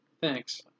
Thanks